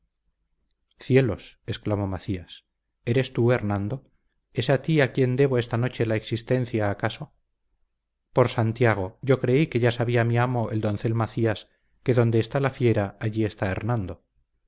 cielos exclamó macías eres tú hernando es a ti a quien debo esta noche la existencia acaso por santiago yo creí que ya sabía mi amo el doncel macías que donde está la fiera allí está hernando